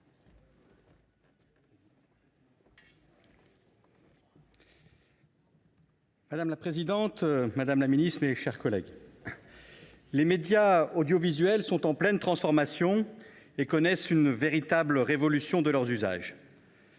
Madame la présidente, madame la ministre, mes chers collègues, les médias audiovisuels sont en pleine transformation et connaissent une véritable révolution de leurs usages.